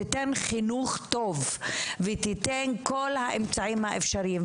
שתספק חינוך טוב ותיתן לשם זה את כל האמצעים האפשריים.